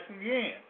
again